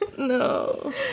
No